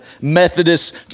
Methodist